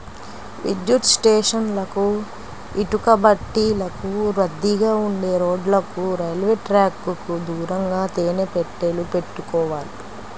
విద్యుత్ స్టేషన్లకు, ఇటుకబట్టీలకు, రద్దీగా ఉండే రోడ్లకు, రైల్వే ట్రాకుకు దూరంగా తేనె పెట్టెలు పెట్టుకోవాలి